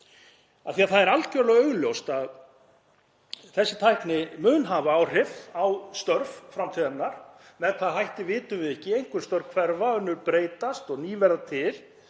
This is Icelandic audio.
því að það er algerlega augljóst að þessi tækni mun hafa áhrif á störf framtíðarinnar. Með hvaða hætti vitum við ekki; einhver störf hverfa, önnur breytast og ný verða til.